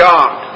God